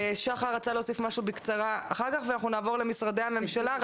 שחר רצה להוסיף משהו בקצרה אחר כך ואנחנו נעבור למשרדי הממשלה,